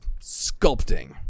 sculpting